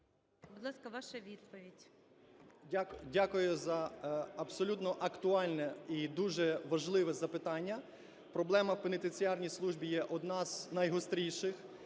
Будь ласка, ваша відповідь. 11:00:40 КІРАЛЬ С.І. Дякую за абсолютно актуальне і дуже важливе запитання. Проблема в пенітенціарній службі є одна з найгостріших.